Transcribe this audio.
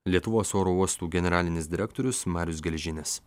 lietuvos oro uostų generalinis direktorius marius gelžinis